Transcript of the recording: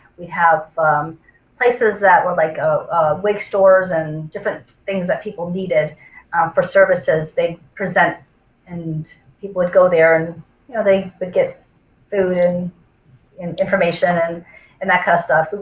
we'd have places that were like ah wig stores and different things that people needed for services. they present and people would go there and you know they would get food and information and and that kind of stuff.